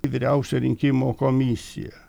į vyriausiąją rinkimų komisiją